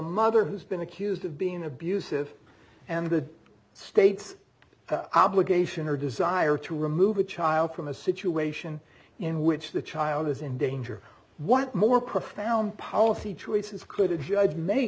mother who's been accused of being abusive and the state's obligation or desire to remove a child from a situation in which the child is in danger what more profound policy choices could a judge ma